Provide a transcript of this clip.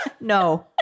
No